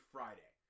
Friday